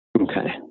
Okay